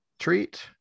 treat